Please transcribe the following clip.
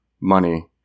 money